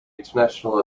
international